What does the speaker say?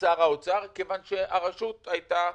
שר האוצר כיוון שהרשות הייתה